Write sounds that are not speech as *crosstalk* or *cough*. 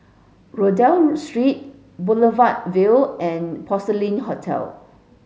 Rodyk *unintelligible* Street Boulevard Vue and Porcelain Hotel